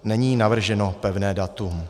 Není navrženo pevné datum.